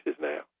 now